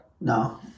No